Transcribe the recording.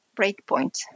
breakpoint